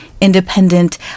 independent